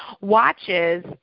watches